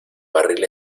barril